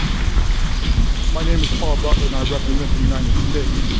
um my name is paul butler, and i represent the united states.